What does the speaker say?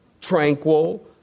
Tranquil